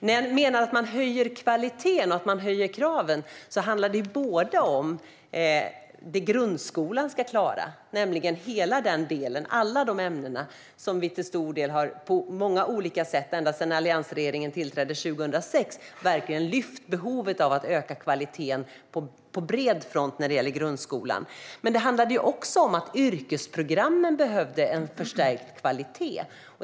Jag menar dock att när man höjer kvaliteten och kraven handlar det delvis om det grundskolan ska klara, nämligen hela denna del och alla dessa ämnen som vi till stor del och på många olika sätt ända sedan alliansregeringen tillträdde 2006 verkligen har lyft behovet av. Det gäller att öka kvaliteten på bred front när det handlar om grundskolan. Men det handlade också om att yrkesskolan behövde en förstärkt kvalitet.